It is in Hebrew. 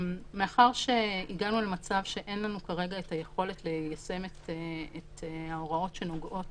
מאחר שהגענו למצב שאין לנו כרגע היכולת ליישם את ההוראות שנוגעות